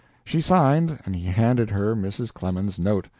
she signed, and he handed her mrs. clemens's note.